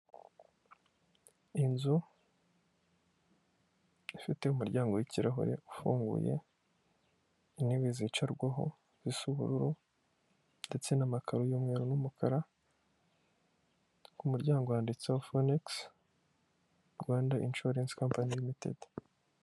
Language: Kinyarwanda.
Inzu ifite umuryango w'kirahure ufunguye intebe zicarwaho zisa ubururu ndetse n'amakaro y'umweru n'umukara ku muryango handitseho fonisi rwanda ishuwaresi kampanyi limitedi.